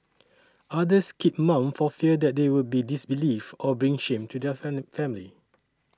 others keep mum for fear that they would be disbelieved or bring shame to their family